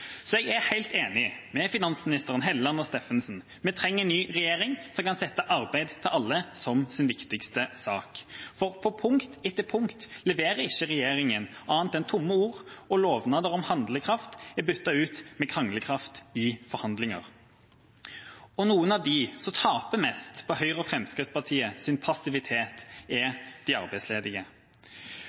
Så jeg er helt enig med finansministeren, Helleland og Steffensen: Vi trenger en ny regjering som kan sette arbeid til alle som sin viktigste sak. For på punkt etter punkt leverer ikke regjeringa annet enn tomme ord, og lovnader om handlekraft er byttet ut med «kranglekraft» i forhandlinger. Noen av dem som taper mest på Høyres og Fremskrittspartiets passivitet, er de arbeidsledige.